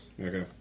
Okay